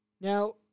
Now